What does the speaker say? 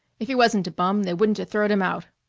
if he wasn't a bum they wouldn'ta throwed him out.